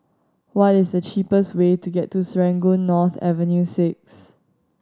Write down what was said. what is the cheapest way to Serangoon North Avenue Six